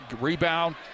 rebound